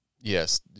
yes